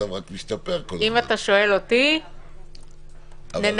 הממשלה כי יש סיכון ממשי להתפשטות רחבה של נגיף הקורונה ולפגיעה